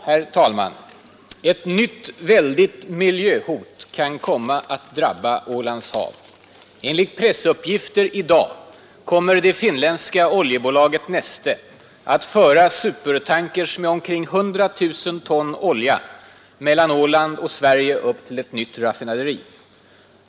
Herr talman! Ett nytt väldigt miljöhot kan komma att drabba Alands hav. Det finländska oljebolaget Neste tycks planera att föra supertankers med omkring 100 000 ton olja mellan Åland och Sverige upp till ett nytt raffinaderi norr om Nystad i Finland.